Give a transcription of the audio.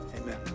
Amen